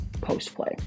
post-play